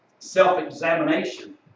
self-examination